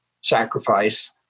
sacrifice